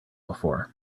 before